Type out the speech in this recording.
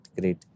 great